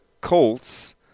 Colts